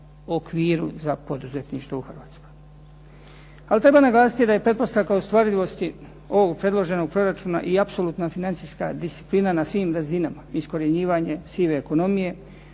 okviru za poduzetništvo u Hrvatskoj.